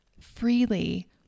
freely